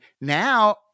now